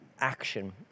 action